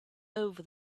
over